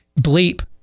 Bleep